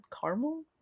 caramel